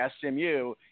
SMU